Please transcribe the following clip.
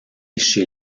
chez